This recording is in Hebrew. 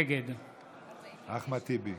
נגד אחמד טיבי,